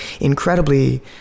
incredibly